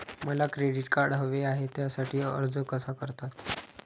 मला credit card हवे आहे त्यासाठी अर्ज कसा करतात?